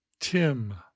Tim